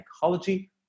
psychology